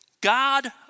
God